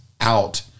out